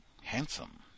handsome